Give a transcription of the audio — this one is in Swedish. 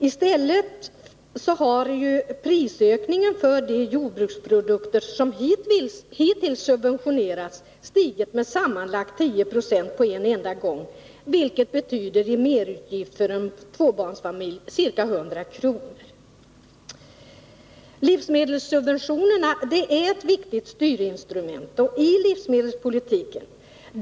I stället har prisökningen för de jordbruksprodukter som hittills subventionerats stigit med sammanlagt 10 Z6 på en enda gång, vilket i merutgifter för en tvåbarnsfamilj betyder ca 100 kr. Livsmedelssubventionerna är ett viktigt styrinstrument i livsmedelspolitiken.